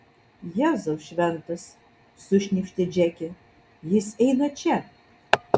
jėzau šventas sušnypštė džeke jis eina čia